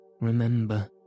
remember